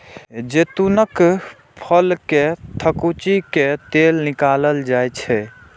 जैतूनक फल कें थकुचि कें तेल निकालल जाइ छै